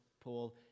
Paul